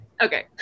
Okay